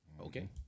Okay